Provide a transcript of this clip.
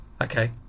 Okay